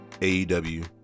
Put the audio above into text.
AEW